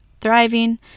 thriving